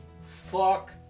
Fuck